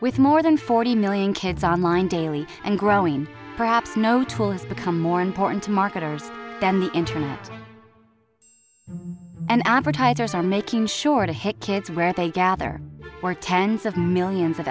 with more than forty million kids on line daily and growing perhaps no tool has become more important to marketers than internet and advertisers are making sure to hit kids where they gather where tens of millions of